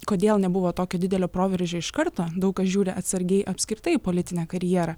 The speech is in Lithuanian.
kodėl nebuvo tokio didelio proveržio iš karto daug kas žiūri atsargiai apskritai į politinę karjerą